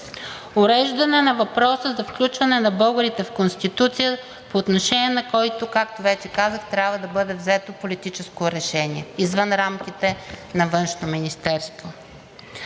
Уреждане на въпроса за включване на българите в Конституцията, по отношение на който, както вече казах, трябва да бъде взето политическо решение извън рамките на Външно министерство.